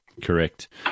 correct